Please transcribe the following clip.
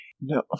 No